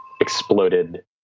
exploded